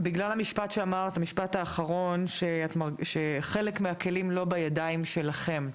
בגלל המשפט האחרון שאמרת שחלק מהכלים לא בידיים שלכם,